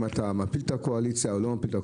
אתה מפיל את הקואליציה או לא מפיל את הקואליציה.